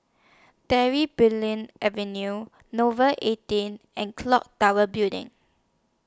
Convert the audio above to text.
Davy Bulan Avenue Nouvel eighteen and Clock Tower Building